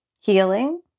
healing